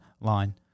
line